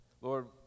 Lord